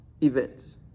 events